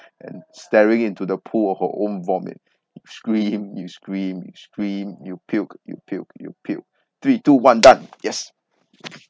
and staring into the pool of her own vomit scream you scream scream you puke you puke you puke three to one done yes